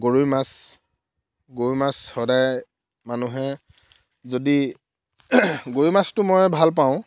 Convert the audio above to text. গৰৈ মাছ গৰৈ মাছ সদায় মানুহে যদি গৰৈ মাছটো মই ভাল পাওঁ